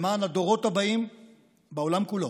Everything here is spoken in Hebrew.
למען הדורות הבאים בעולם כולו.